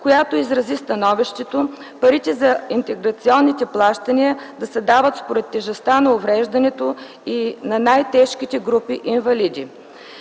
която изрази становището парите за интеграционните плащания да се дават според тежестта на увреждането на най-тежките групи инвалиди.